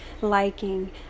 liking